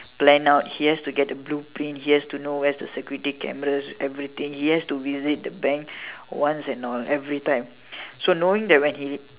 plan out he has to the get the blue print he has to know where's the security cameras everything he has to visit the bank once and or everytime so knowing he